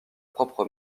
propre